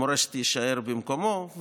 "מורשת" יישאר במקומו,